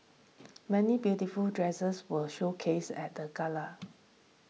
many beautiful dresses were showcased at the gala